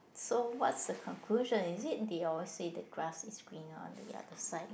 so what's the conclusion is it they always say the grass is greener on the other side